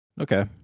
Okay